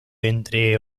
entre